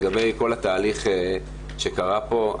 לגבי כל התהליך שקרה פה,